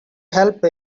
help